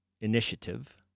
initiative